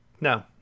no